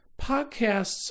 podcasts